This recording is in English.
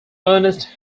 ernest